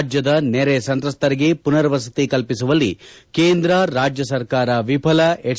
ರಾಜ್ಯದ ನೆರೆ ಸಂತ್ರಸ್ತರಿಗೆ ಪುನರ್ವಸತಿ ಕಲ್ಪಿಸುವಲ್ಲಿ ಕೇಂದ್ರ ರಾಜ್ಯ ಸರ್ಕಾರ ವಿಫಲ ಎಚ್